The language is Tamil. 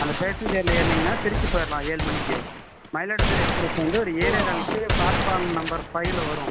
அந்த பேஸ்சேன்ஜரில் ஏறுனிங்கன்னா திருச்சி போய்ரலாம் ஏழு மணிக்கு மயிலாடுதுறை எக்ஸ்பிரஸ் வந்து ஒரு ஏழே காலுக்கு ப்ளாட்ஃபார்ம் நம்பர் ஃபைவ்வில் வரும்